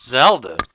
Zelda